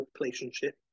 relationship